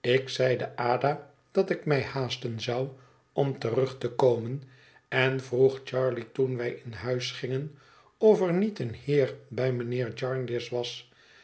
ik zeide ada dat ik mij haasten zou om terug te komen en vroeg charley toen wij in huis gingen of er niet een heer bij mijnheer jarndyce was